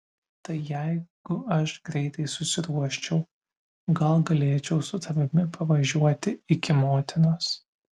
tai jeigu aš greitai susiruoščiau gal galėčiau su tavimi pavažiuoti iki motinos